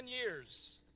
years